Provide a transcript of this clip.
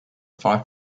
five